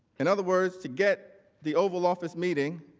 in other words, to get the oval office meeting